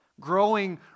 growing